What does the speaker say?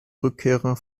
rückkehrer